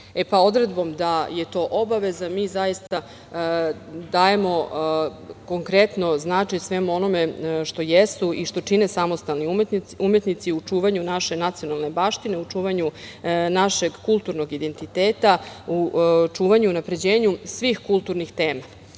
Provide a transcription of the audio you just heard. morali. Odredbom da je to obaveza, mi zaista dajemo konkretno značenje svemu onome što jesu i što čine samostalni umetnici u čuvanju naše nacionalne baštine, u čuvanju našeg kulturnog identiteta, u čuvanju i unapređenju svih kulturnih tema,